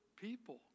people